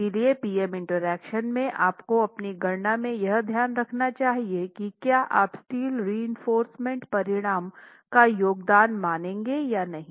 इसलिए P M interaction में आपको अपनी गणना में यह ध्यान रखना चाहिए की क्या आप स्टील रीइंफोर्स्मेंट परिणाम का योगदान मानेंगे या नहीं